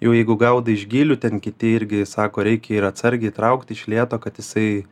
jau jeigu gaudai iš gylių ten kiti irgi sako reikia ir atsargiai traukti iš lėto kad jisai